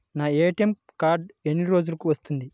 నా ATM card ఎన్ని రోజులకు వస్తుంది?